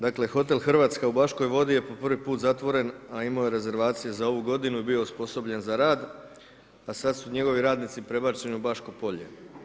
Dakle, hotel Hrvatska u Baškoj Vodi je po prvi put zatvoren, a imao je rezervacije za ovu godinu i bio osposobljen za rad, a sad su njegovi radnici prebačeni u Baško Polje.